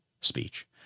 speech